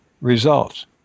results